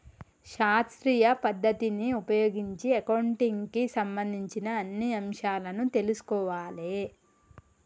శాస్త్రీయ పద్ధతిని ఉపయోగించి అకౌంటింగ్ కి సంబంధించిన అన్ని అంశాలను తెల్సుకోవాలే